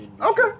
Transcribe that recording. Okay